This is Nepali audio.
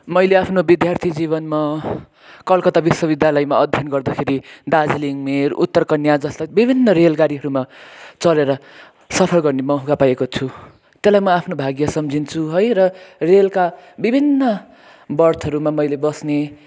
मैले आफ्नो विद्यार्थी जिवनमा कलकत्ता विश्व विद्यालयमा अध्ययन गर्दाखेरि दार्जिलिङ मेल उत्तर कन्या जस्ता विभिन्न रेल गाडीहरूमा चढेर सफर गर्ने मौका पाएको छु त्यसलाई मो आफ्नो भाग्य सम्झिन्छु है र रेलका विभिन्न बर्थहरूमा मैले बस्ने